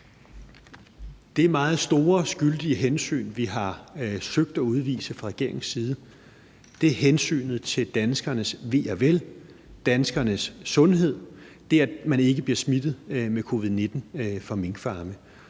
Det meget store skyldige hensyn, vi har søgt at tage fra regeringens side, er hensynet til danskernes ve og vel, danskernes sundhed, det, at man ikke bliver smittet med covid-19 fra minkfarme.